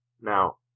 Now